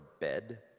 bed